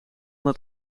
dat